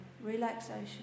relaxation